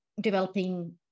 developing